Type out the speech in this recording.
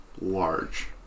large